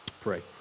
pray